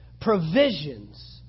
provisions